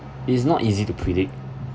it's not easy to predict